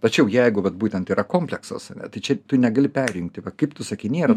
tačiau jeigu vat būtent yra kompleksas ane tai čia tu negali perjungti va kaip tu sakei nėra